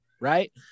right